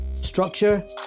Structure